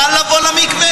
אינו נוכח עליזה לביא,